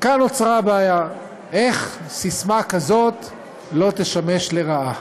וכאן נוצרה בעיה איך ססמה כזאת לא תשמש לרעה.